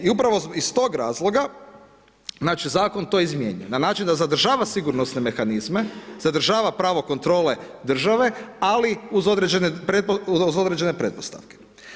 E, i upravo iz tog razloga, znači Zakon to izmijenjen, na način da zadržava sigurnosne mehanizme, zadržava pravo kontrole države, ali uz određene pretpostavke.